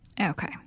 Okay